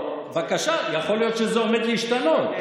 בבקשה, יכול שזה עומד להשתנות.